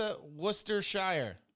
Worcestershire